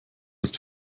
ist